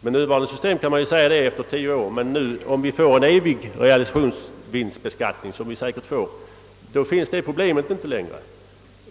Med nuvarande system kan man säga att han undgår detta efter tio år. Får vi en evig realisationsvinstbeskattning finns inte det problemet längre.